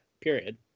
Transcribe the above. period